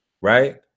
right